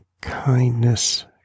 kindness